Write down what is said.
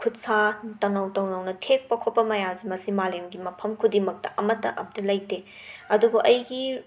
ꯈꯨꯠꯁꯥ ꯇꯅꯧ ꯇꯅꯧꯅ ꯊꯦꯛꯄ ꯈꯣꯄ ꯃꯌꯥꯝꯁꯦ ꯃꯁꯤ ꯃꯥꯂꯦꯝꯒꯤ ꯃꯐꯝ ꯈꯨꯗꯤꯡꯃꯛꯇ ꯑꯃꯠꯇ ꯑꯝꯇ ꯂꯩꯇꯦ ꯑꯗꯨꯕꯨ ꯑꯩꯒꯤ